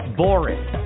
boring